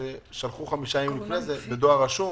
ששלחו חמישה ימים לפני זה בדואר רשום